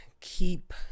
keep